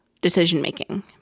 decision-making